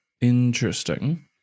Interesting